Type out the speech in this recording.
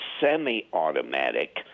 semi-automatic